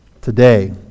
today